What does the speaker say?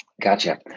Gotcha